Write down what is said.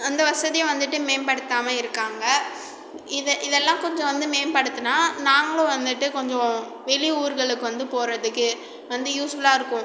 அந்த வசதியும் வந்துவிட்டு மேம்படுத்தாமல் இருக்காங்க இதை இதெல்லாம் கொஞ்சம் வந்து மேம்படுத்துனா நாங்களும் வந்துவிட்டு கொஞ்சம் வெளி ஊர்களுக்கு வந்து போகறதுக்கு வந்து யூஸ்ஃபுல்லாக இருக்கும்